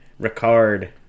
Ricard